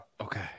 okay